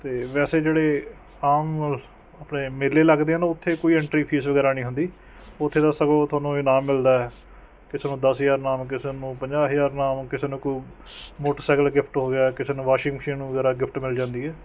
ਅਤੇ ਵੈਸੇ ਜਿਹੜੇ ਆਮ ਆਪਣੇ ਮੇਲੇ ਲੱਗਦੇ ਆ ਨਾ ਉੱਥੇ ਕੋਈ ਐਂਟਰੀ ਫ਼ੀਸ ਵਗੈਰਾ ਨਹੀਂ ਹੁੰਦੀ ਉੱਥੇ ਤਾਂ ਸਗੋਂ ਤੁਹਾਨੂੰ ਇਨਾਮ ਮਿਲਦਾ ਕਿਸੇ ਨੂੰ ਦਸ ਹਜ਼ਾਰ ਇਨਾਮ ਕਿਸੇ ਨੂੰ ਪੰਜਾਹ ਹਜ਼ਾਰ ਇਨਾਮ ਕਿਸੇ ਨੂੰ ਕੋਈ ਮੋਟਰਸਾਈਕਲ ਗਿਫ਼ਟ ਹੋ ਗਿਆ ਕਿਸੇ ਨੂੰ ਵਾਸ਼ਿੰਗ ਮਸ਼ੀਨ ਵਗੈਰਾ ਗਿਫ਼ਟ ਮਿਲ ਜਾਂਦੀ ਹੈ